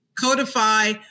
codify